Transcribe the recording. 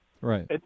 Right